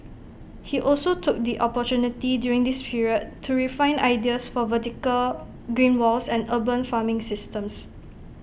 he also took the opportunity during this period to refine ideas for vertical green walls and urban farming systems